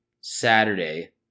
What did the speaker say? Saturday